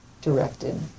directed